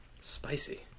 Spicy